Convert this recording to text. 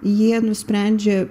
jie nusprendžia